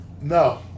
No